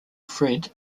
fred